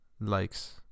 likes